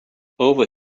over